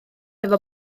efo